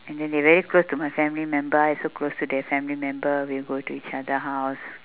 and then they very close to my family member I also close to their family member we will go to each other house